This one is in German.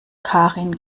karin